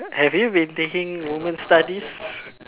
have you been taking woman studies